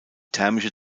thermische